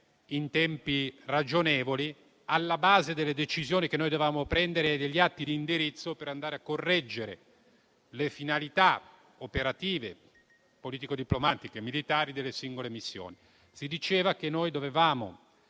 in tempi ragionevoli alla base delle decisioni che dovevamo prendere e degli atti di indirizzo volti a correggere le finalità operative, politico-diplomatiche e militari delle singole missioni. Si diceva che, per poter